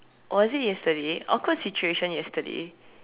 was it yesterday awkward situation yesterday